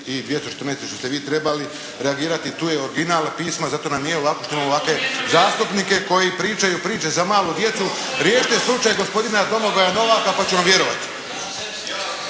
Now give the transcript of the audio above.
i 214. što ste vi trebali reagirati. Tu je original pisma zato nam je lako što imamo ovakve zastupnike koji pričaju priče za malu djecu. Riješite slučaj gospodina Domagoja Novaka pa ću vam vjerovati.